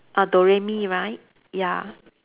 uh do re mi right ya